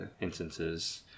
instances